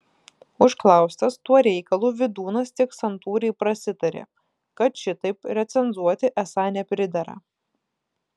užklaustas tuo reikalu vydūnas tik santūriai prasitarė kad šitaip recenzuoti esą nepridera